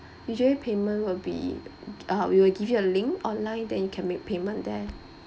usually payment will be uh we will give you a link online then you can make payment there